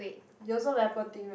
you also very poor thing right